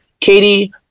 katie